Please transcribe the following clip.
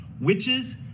witches